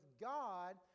God